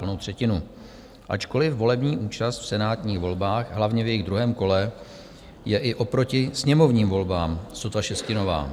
Plnou třetinu, ačkoliv volební účast v senátních volbách, hlavně v jejich druhém kole, je i oproti sněmovním volbám sotva šestinová.